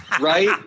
Right